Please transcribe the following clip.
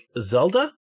Zelda